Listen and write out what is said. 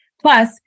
Plus